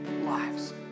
lives